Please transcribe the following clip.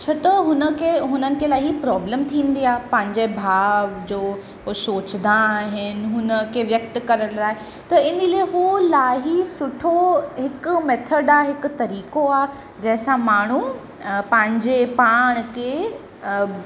छो त हुन खे हुननि खे इलाही प्रॉब्लम थींदी आहे पंहिंजे भाव जो सोचंदा आहिनि हुन खे व्यक्त करण लाइ त इन्हीअ लाइ हू इलाही सुठो हिकु मैथड आहे हिकु तरीक़ो आहे जंहिंसां माण्हू पंहिंजे पाण खे